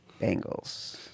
Bengals